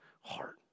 heart